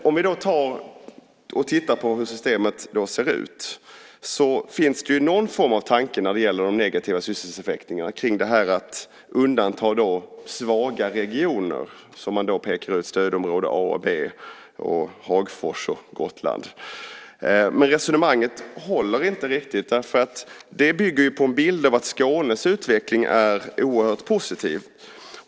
Om vi då tittar på hur systemet ser ut, finns det ju någon form av tanke när det gäller de negativa sysselsättningseffekterna, kring det här att undanta svaga regioner. Man pekar ut stödområde A och B, Hagfors och Gotland. Men resonemanget håller inte riktigt, därför att det bygger på en bild av att Skånes utveckling är oerhört positiv.